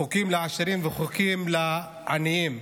חוקים לעשירים וחוקים לעניים.